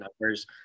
numbers